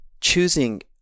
choosing